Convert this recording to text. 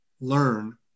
learn